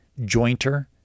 jointer